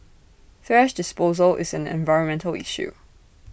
thrash disposal is an environmental issue